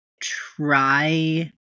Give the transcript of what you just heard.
try